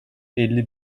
elli